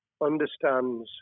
understands